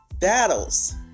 battles